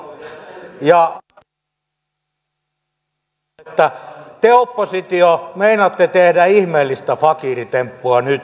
vielä haluan sanoa että te oppositio meinaatte tehdä ihmeellistä fakiiritemppua nyt